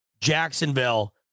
Jacksonville